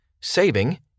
saving